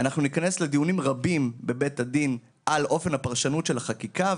אנחנו ניכנס לדיונים רבים בבית הדין על אופן הפרשנות של החקיקה,